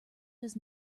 does